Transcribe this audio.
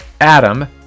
adam